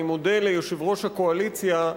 אני מודה ליושב-ראש הקואליציה,